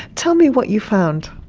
tell me what you found?